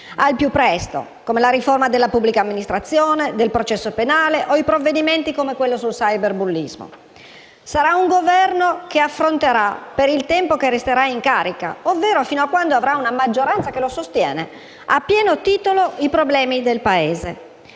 al più presto, come la riforma della pubblica amministrazione, del processo penale o i provvedimenti come quello sul cyberbullismo. Sarà un Governo che affronterà, per il tempo che resterà in carica (ovvero fino a quando avrà una maggioranza che lo sostiene), a pieno titolo i problemi del Paese.